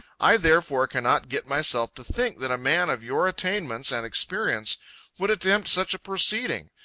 i therefore cannot get myself to think that a man of your attainments and experience would attempt such a proceeding,